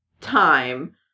time